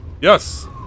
Yes